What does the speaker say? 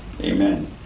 Amen